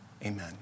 Amen